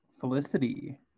Felicity